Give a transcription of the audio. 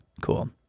Cool